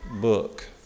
book